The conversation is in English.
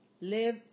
live